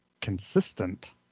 consistent